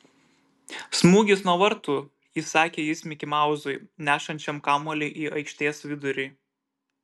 smūgis nuo vartų įsakė jis mikimauzui nešančiam kamuolį į aikštės vidurį